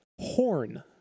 Horn